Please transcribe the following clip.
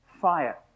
fire